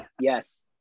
Yes